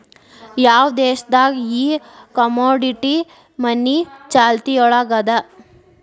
ಯಾವ್ ದೇಶ್ ದಾಗ್ ಈ ಕಮೊಡಿಟಿ ಮನಿ ಚಾಲ್ತಿಯೊಳಗದ?